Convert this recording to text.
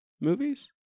movies